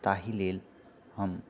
ताहि लेल हम